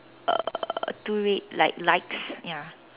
uh two red like lights ya